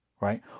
right